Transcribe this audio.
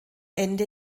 ende